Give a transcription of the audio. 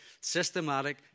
systematic